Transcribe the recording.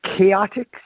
chaotic